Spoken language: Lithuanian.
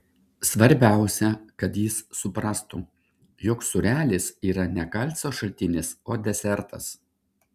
svarbiausia kad jis suprastų jog sūrelis yra ne kalcio šaltinis o desertas